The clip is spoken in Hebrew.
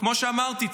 כמו שאמרתי,